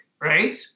right